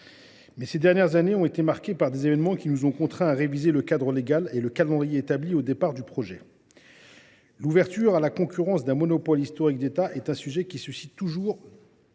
Mais ces dernières années ont été marquées par des événements qui nous ont contraints à réviser le cadre légal et le calendrier établi au début du projet. L’ouverture à la concurrence d’un monopole historique d’État est un sujet qui suscite toujours